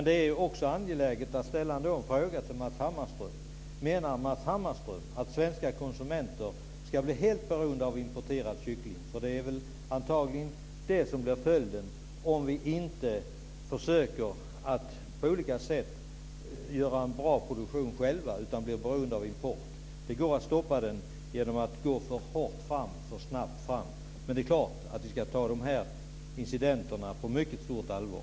Det är också angeläget att ställa en fråga till Matz Hammarström: Menar Matz Hammarström att svenska konsumenter ska bli helt beroende av importerad kyckling? Det är väl antagligen det som blir följden om vi inte försöker få en bra produktion själva, utan blir beroende av import. Det går att stoppa den genom att gå för hårt och för snabbt fram. Men vi ska naturligtvis ta de här incidenterna på mycket stort allvar.